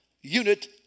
unit